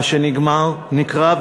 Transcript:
מה שנקרא,